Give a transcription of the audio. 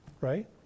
Right